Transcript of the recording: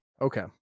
okay